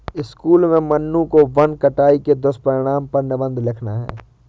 school में मन्नू को वन कटाई के दुष्परिणाम पर निबंध लिखना है